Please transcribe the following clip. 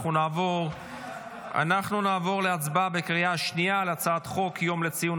אנחנו נעבור להצבעה בקריאה שנייה על הצעת חוק יום לציון